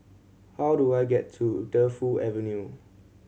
how do I get to Defu Avenue